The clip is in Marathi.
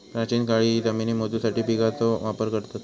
प्राचीन काळीही जमिनी मोजूसाठी बिघाचो वापर करत